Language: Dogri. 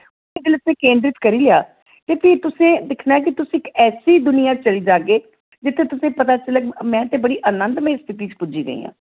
जिसलै तुसें केदरत करी लेआ ते फ्ही तुसें दिक्खना ऐ कि तुस इक ऐसी दुनिया च चली जागे जित्थै तुसें ई पता चलग में ते बड़ी आनंदमय स्थिति च पुज्जी गेई आं